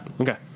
Okay